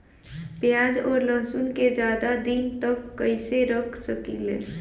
प्याज और लहसुन के ज्यादा दिन तक कइसे रख सकिले?